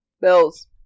Bills